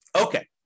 Okay